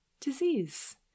disease